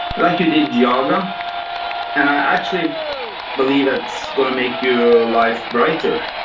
like you did yoga and i actually believe it's gonna make your life brighter